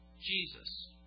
Jesus